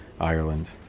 Ireland